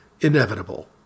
inevitable